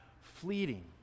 fleeting